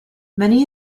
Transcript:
many